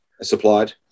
supplied